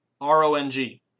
R-O-N-G